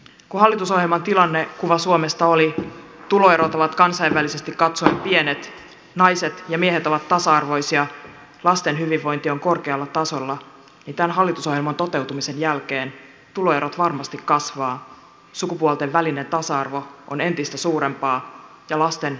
kun hallitusohjelman tilannekuva suomesta oli se että tuloerot ovat kansainvälisesti katsoen pienet naiset ja miehet ovat tasa arvoisia lasten hyvinvointi on korkealla tasolla niin tämän hallitusohjelman toteutumisen jälkeen tuloerot varmasti kasvavat sukupuolten välinen epätasa arvo on entistä suurempaa ja lasten luokkayhteiskunta vahvistuu